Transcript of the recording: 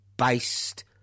based